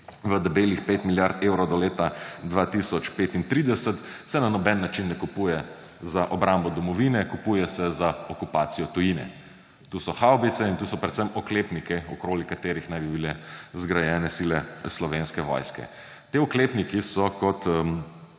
v debelih 5 milijard evrov do leta 2035, se na noben način ne kupuje za obrambo domovine, kupuje se za okupacijo tujine. To so havbice in to so predvsem oklepniki, okoli katerih naj bi bile zgrajene sile Slovenske vojske. Ti oklepniki so kot